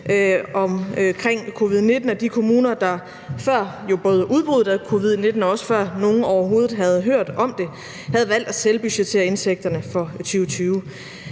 med covid-19 – at de kommuner, der både før udbruddet af covid-19, og også før nogen overhovedet havde hørt om det, havde valgt at selvbudgettere indtægterne for 2020.